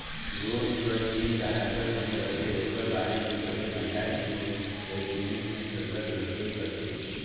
loan कर जेन guarantor बने रहथे ओकर बारे में घलो जानकारी लोन एग्रीमेंट में सरलग रहबे करथे